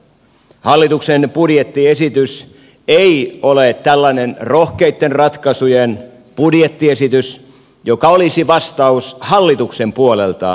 hallituksen budjettiesitys ei ole tällainen rohkeitten ratkaisujen budjettiesitys joka olisi vastaus hallituksen puolelta tarvittaviksi toimenpiteiksi